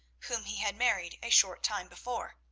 whom he had married a short time before.